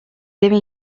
deve